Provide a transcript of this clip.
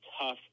tough